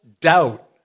doubt